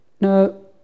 No